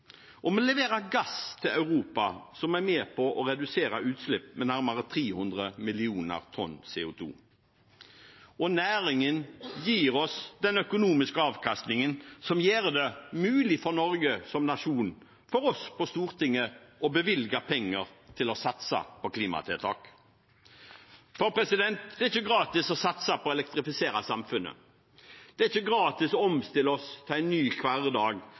og vi leverer gass til Europa som er med på å redusere utslipp med nærmere 300 millioner tonn CO2. Næringen gir oss den økonomiske avkastningen som gjør det mulig for Norge som nasjon, for oss på Stortinget, å bevilge penger til å satse på klimatiltak. For det er ikke gratis å satse på å elektrifisere samfunnet, og det er ikke gratis å omstille oss til en ny hverdag